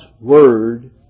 word